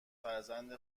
فرزند